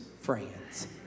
friends